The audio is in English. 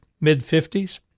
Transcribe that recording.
mid-50s